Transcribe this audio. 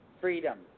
freedom